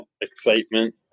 excitement